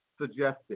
suggested